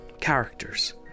characters